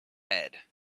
head